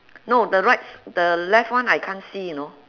no the right s~ the left one I can't see you know